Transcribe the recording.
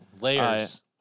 Layers